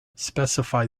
specify